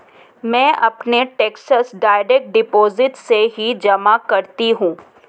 मैं अपने taxes direct deposit से ही जमा करती हूँ